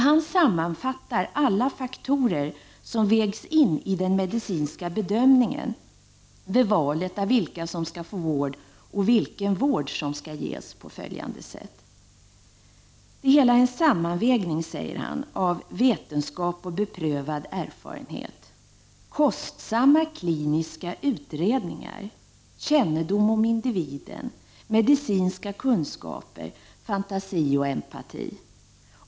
Han sammanfattar på följande sätt alla faktorer som vägs in i den medicinska bedömningen vid valet av vilka som skall få vård och vilken vård som skall ges: Det hela är en sammanvägning av ”vetenskap och beprövad erfarenhet, kostsamma kliniska utredningar, kännedom om individen, medicinska kunskaper, fantasi och empati”.